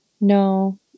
No